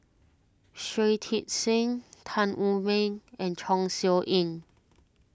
Shui Tit Sing Tan Wu Meng and Chong Siew Ying